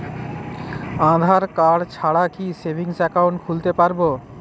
আধারকার্ড ছাড়া কি savings account খুলতে পারব?